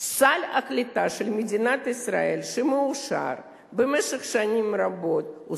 סל הקליטה של מדינת ישראל שמאושר במשך שנים רבות הוא